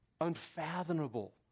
unfathomable